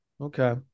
Okay